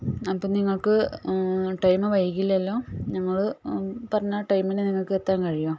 അപ്പം നിങ്ങൾക്ക് ടൈം വൈകില്ലല്ലോ ഞങ്ങൾ പറഞ്ഞ ടൈമിന് നിങ്ങൾക്ക് എത്താൻ കഴിയുമോ